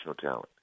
talent